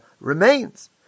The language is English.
remains